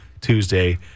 Tuesday